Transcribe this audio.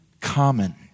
common